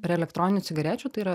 prie elektroninių cigarečių tai yra